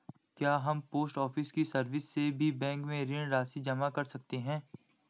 क्या हम post office की सर्विस से भी बैंक में ऋण राशि जमा कर सकते हैं?